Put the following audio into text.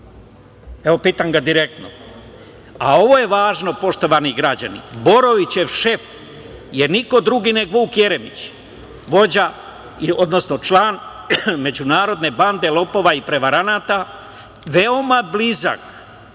Evo, pitam ga direktno. Ovo je važno, poštovani građani. Borovićev šef je niko drugi nego Vuk Jeremić, vođa, odnosno član međunarodne bande lopova i prevaranata, veoma blizak